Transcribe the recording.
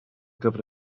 gyfer